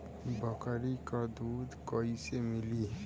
बकरी क दूध कईसे मिली?